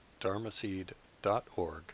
dharmaseed.org